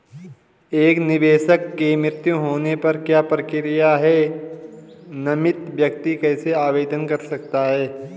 एक निवेशक के मृत्यु होने पर क्या प्रक्रिया है नामित व्यक्ति कैसे आवेदन कर सकता है?